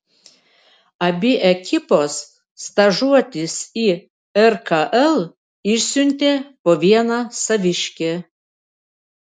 abi ekipos stažuotis į rkl išsiuntė po vieną saviškį